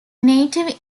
native